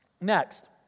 Next